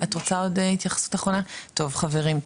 טוב חברים,